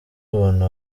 ubona